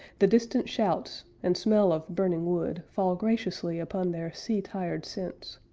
the distant shouts, and smell of burning wood, fall graciously upon their sea-tired sense.